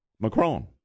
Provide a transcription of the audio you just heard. Macron